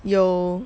有